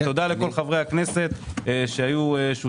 תודה לכל חברי הכנסת שהיו שותפים.